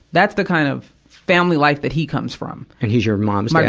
that's the kind of family life that he comes from. and he's your mom's dad?